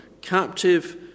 Captive